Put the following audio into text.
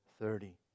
thirty